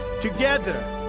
Together